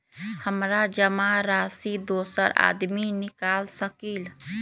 हमरा जमा राशि दोसर आदमी निकाल सकील?